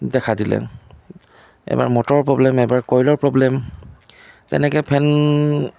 দেখা দিলে এবাৰ মটৰৰ প্ৰ'ব্লেম এবাৰ কয়লৰ প্ৰ'ব্লেম তেনেকৈ ফেন